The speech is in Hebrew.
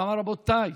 ואמר: רבותיי,